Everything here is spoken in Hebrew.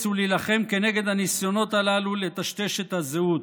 ולהילחם כנגד הניסיונות הללו לטשטש את הזהות.